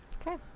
okay